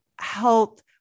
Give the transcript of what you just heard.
health